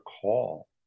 call